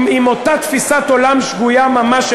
עם אותה תפיסת עולם שגויה ממש.